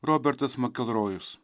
robertas makelrojus